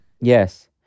Yes